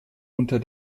unter